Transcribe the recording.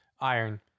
Iron